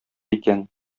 икән